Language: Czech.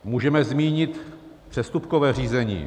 Můžeme zmínit přestupkové řízení.